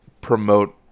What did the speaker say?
promote